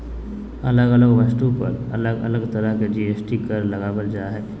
अलग अलग वस्तु पर अलग अलग तरह के जी.एस.टी कर लगावल जा हय